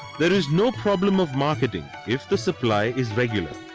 there is no problem of marketing if the supply is regular.